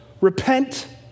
Repent